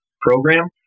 program